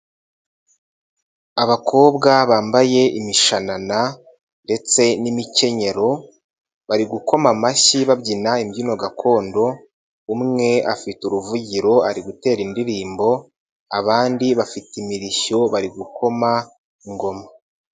Abakobwa bambaye imishanana ndetse n'imikenyero bari gukoma amashyi babyina imbyino gakondo, umwe afite uruvugiro ari gutera indirimbo abandi bafite imirishyo bari gukoma ingoma.